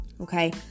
Okay